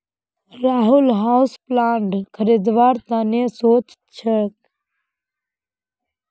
Rahul houseplant खरीदवार त न सो च छ